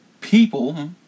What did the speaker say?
people